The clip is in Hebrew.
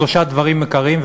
שלושה דברים עיקריים,